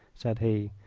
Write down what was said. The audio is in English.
said he.